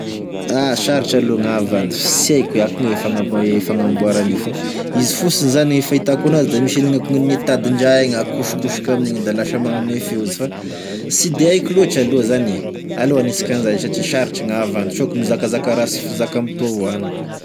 Ah, sarotry aloa gny havandy fa sy haiko akogn'aie ny fagn- e fagnamboara an'io fa izy fotsiny zany e fahitako anazy da misy an'igny akonagne tadin-draha igny akosokosoka amin'igny da lasa magnome feo izy fa sy de haiko lôtry aloa zany e, aleo aniasika an'zay satria sarotry gny havandy sao ka mizakazaka raha tsy fizaka amitô agny.